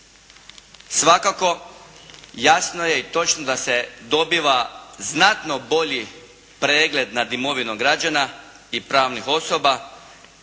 Svakako, jasno je i točno da se dobiva znatno bolji pregled nad imovinom građana i pravnih osoba.